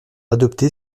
adopter